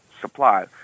supply